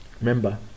remember